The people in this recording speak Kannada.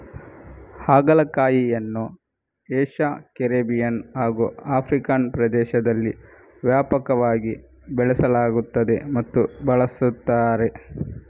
ಹಾಗಲಕಾಯಿಯನ್ನು ಏಷ್ಯಾ, ಕೆರಿಬಿಯನ್ ಹಾಗೂ ಆಫ್ರಿಕನ್ ಪ್ರದೇಶದಲ್ಲಿ ವ್ಯಾಪಕವಾಗಿ ಬೆಳೆಸಲಾಗುತ್ತದೆ ಮತ್ತು ಬಳಸುತ್ತಾರೆ